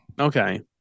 okay